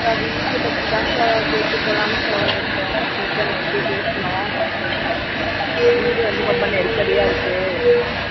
அக்கா வீட்டில் பற்றி தான்க்கா கேட்டுப் போகலாம் தான் வந்தேன் எங்கள் வீட்டில் நைட்டே பேசினோம் வீடு வந்து ரொம்ப நெருக்கடியாக இருக்கு